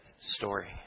story